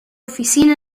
oficina